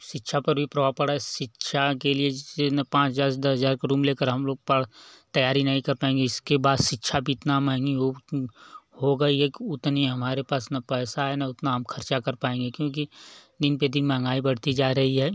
शिक्षा पर भी प्रभाव पड़ा है शिक्षा के लिए जैसे न पाँच हज़ार दस हज़ार का रूम लेकर हम लोग पढ़ तैयारी नहीं कर पाएंगे इसके बाद शिक्षा भी इतना महंगी हो हो गई है कि उतनी हमारे पास न पैसा है न उतना हम खर्चा कर पाएंगे क्योंकि दिन पर दिन महंगाई बढ़ती जा रही है